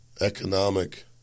economic